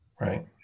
right